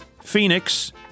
Phoenix